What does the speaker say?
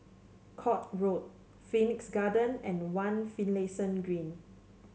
Court Road Phoenix Garden and One Finlayson Green